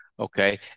Okay